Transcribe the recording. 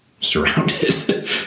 surrounded